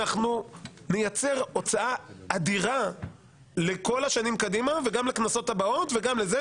אנחנו נייצר הוצאה אדירה לכל השנים קדימה וגם לכנסות הבאות וגם לזה,